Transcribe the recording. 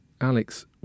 Alex